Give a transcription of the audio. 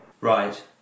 right